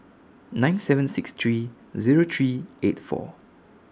nine seven six three Zero three eight four